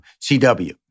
CW